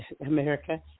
America